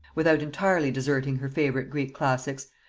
without entirely deserting her favorite greek classics,